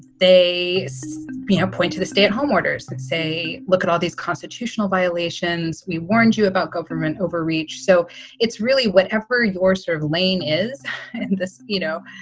they so you know point to the stay at home orders and say, look at all these constitutional violations. we warned you about government overreach. so it's really whatever your sort of lane is and and you know,